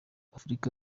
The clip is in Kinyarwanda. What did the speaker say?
afurika